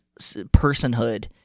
personhood